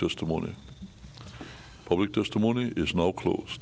testimony public testimony is no close